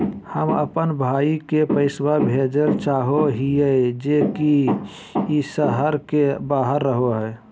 हम अप्पन भाई के पैसवा भेजल चाहो हिअइ जे ई शहर के बाहर रहो है